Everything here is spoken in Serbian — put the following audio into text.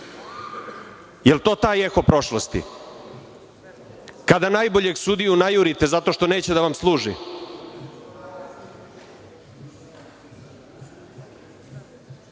li je to taj eho prošlosti, kada najboljeg sudiju najurite zato što neće da vam